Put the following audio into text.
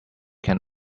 can